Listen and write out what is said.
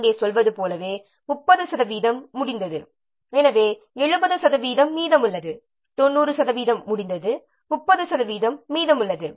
இங்கே சொல்வது போலவே 30 சதவிகிதம் முடிந்தது எனவே 70 சதவிகிதம் மீதமுள்ளது 90 சதவிகிதம் முடிந்தது 30 சதவிகிதம் மீதமுள்ளது